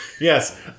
Yes